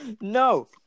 No